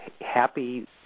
happy